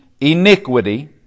iniquity